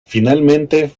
finalmente